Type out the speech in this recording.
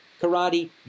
karate